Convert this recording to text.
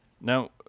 now